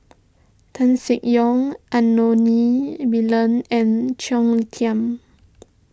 Tan Seng Yong Anthony Miller and Claire Tham